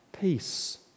peace